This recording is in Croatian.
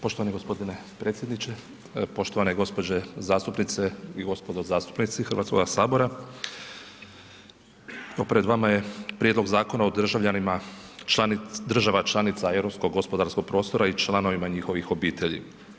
Poštovani g. predsjedniče, poštovane gđe. zastupnice i gospodo zastupnici HS, evo pred vama je Prijedlog Zakona o državljanima država članica Europskog gospodarskog prostora i članovima njihovih obitelji.